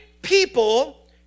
People